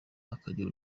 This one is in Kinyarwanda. akagira